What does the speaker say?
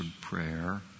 prayer